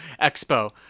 Expo